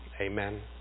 amen